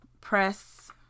press